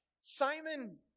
Simon